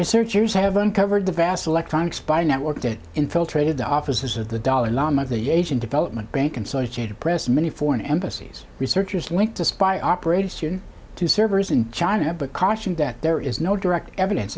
researchers have uncovered the vast electronic spy network that infiltrated the offices of the dalai lama the asian development bank and so jaded press many foreign embassies researchers linked to spy operation to servers in china but cautioned that there is no direct evidence